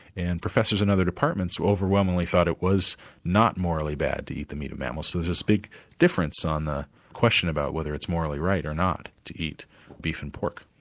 and professors in other departments overwhelmingly thought it was not morally bad to eat the meat of mammals. so there's this big difference on the question about whether it's morally right or not to eat beef and pork.